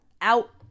out